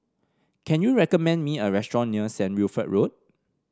can you recommend me a restaurant near Saint Wilfred Road